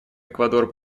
эквадор